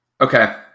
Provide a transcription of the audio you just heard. Okay